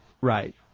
Right